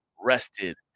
rested